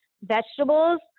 vegetables